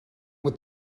with